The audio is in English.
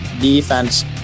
defense